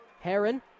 Heron